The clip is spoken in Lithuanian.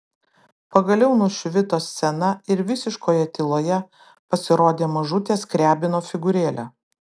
pagaliau nušvito scena ir visiškoje tyloje pasirodė mažutė skriabino figūrėlė